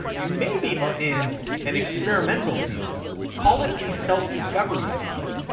you may be are in an experimental season, call it a self-discovery season.